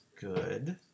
good